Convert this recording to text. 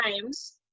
times